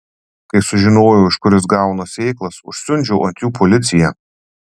kai sužinojau iš kur jis gauna sėklas užsiundžiau ant jų policiją